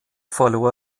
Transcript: verlor